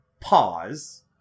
Pause